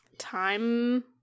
Time